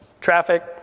Traffic